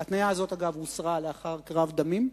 ההתניה הזאת הוסרה, אגב, לאחר קרב דמים,